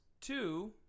Two